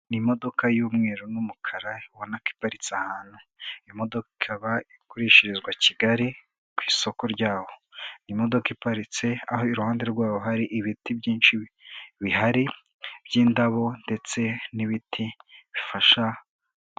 N’imodoka y'umweru n'umukara ubona ko iparitse ahantu, imodoka ikaba igurishirizwa Kigali kw’isoko ryaho, imodoka iparitse aho iruhande rwaho hari ibiti byinshi bihari by'indabo ndetse n'ibiti bifasha…